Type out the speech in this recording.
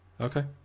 Okay